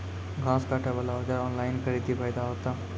घास काटे बला औजार ऑनलाइन खरीदी फायदा होता?